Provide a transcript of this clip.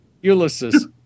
Ulysses